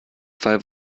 zwei